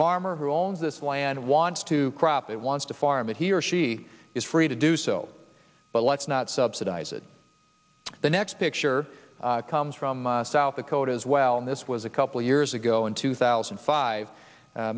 farmer who owns this land wants to crop it wants to farm it he or she is free to do so but let's not subsidize it the next picture comes from south dakota as well and this was a couple of years ago in two thousand and five